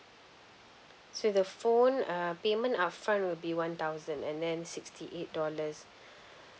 so the phone uh payment upfront will be one thousand and then sixty eight dollars